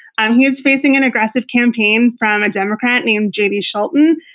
and he's facing an aggressive campaign from a democrat named jdscholten.